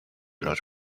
los